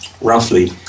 roughly